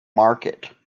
market